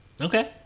Okay